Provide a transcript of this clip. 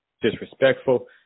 disrespectful